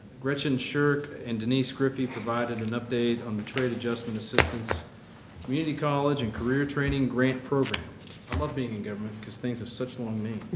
gretchen sherk and denise griffey provided an update on the trade adjustment assistance community college and career training grant program. i love being in government because things have such long names